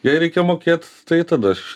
jei reikia mokėt tai tada aš